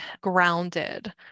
grounded